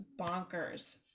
bonkers